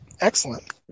Excellent